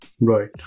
Right